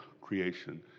creation